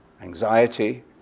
anxiety